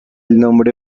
nombre